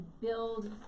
build